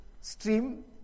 stream